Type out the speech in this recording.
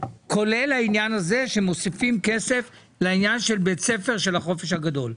כולל זה שמוסיפים כסף לעניין של בית הספר של החופש הגדול.